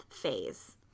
phase